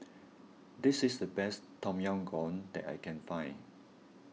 this is the best Tom Yam Goong that I can find